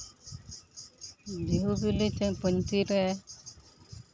ᱵᱤᱦᱩ ᱵᱤᱞᱤ ᱯᱟᱸᱧᱪᱤ ᱨᱮ